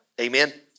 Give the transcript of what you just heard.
Amen